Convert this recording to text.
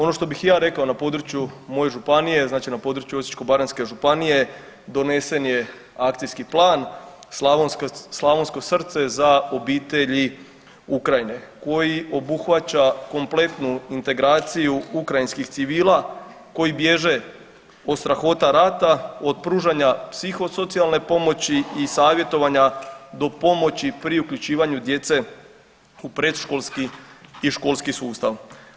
Ono što bih ja rekao na području moje županije, znači na području Osječko-baranjske županije donesen je Akcijski plan Slavonsko srce za obitelji Ukrajine koji obuhvaća kompletnu integraciju ukrajinskih civila koji bježe od strahota rata od pružanja psihosocijalne pomoći i savjetovanja do pomoći pri uključivanje djece u predškolski i školski sustav.